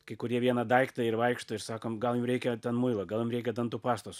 kai kurie vieną daiktą ir vaikšto ir sakom gal jum reikia ten muilo gal jum reikia dantų pastos